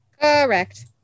Correct